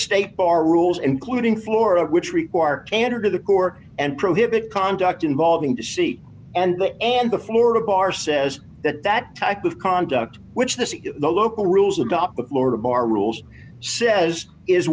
state bar rules including florida which require candor to the court and prohibit conduct involving deceit and that and the florida bar says that that type of conduct which the local rules adopt the florida bar rules says is